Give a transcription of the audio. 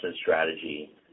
strategy